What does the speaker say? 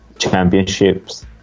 championships